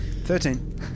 Thirteen